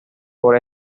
por